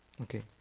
Okay